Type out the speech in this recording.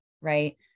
right